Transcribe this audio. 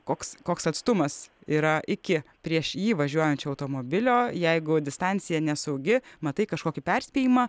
koks koks atstumas yra iki prieš jį važiuojančio automobilio jeigu distancija nesaugi matai kažkokį perspėjimą